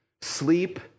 Sleep